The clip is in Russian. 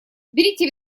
берите